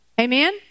Amen